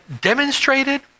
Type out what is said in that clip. demonstrated